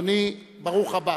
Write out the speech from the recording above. אדוני, ברוך הבא.